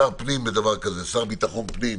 שר פנים בדבר כזה, שר ביטחון פנים,